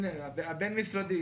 הבין-משרדי,